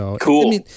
Cool